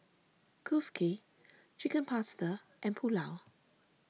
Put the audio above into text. Kulfi Chicken Pasta and Pulao